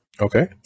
Okay